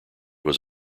was